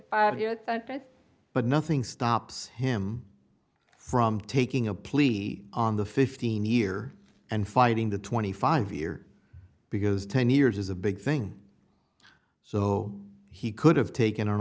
that but nothing stops him from taking a plea on the fifteen year and fighting the twenty five year because ten years is a big thing so he could have taken an